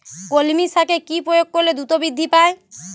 কলমি শাকে কি প্রয়োগ করলে দ্রুত বৃদ্ধি পায়?